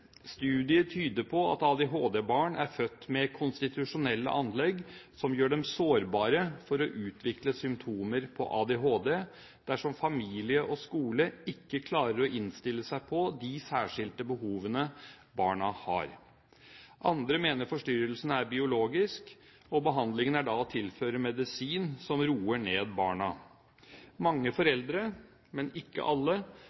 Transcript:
Studier tyder på at ADHD-barn er født med konstitusjonelle anlegg som gjør dem sårbare for å utvikle symptomer på ADHD dersom familie og skole ikke klarer å innstille seg på de særskilte behovene barna har. Andre mener forstyrrelsen er biologisk, og behandlingen er da å tilføre medisin som roer ned barna. Mange foreldre, men ikke alle,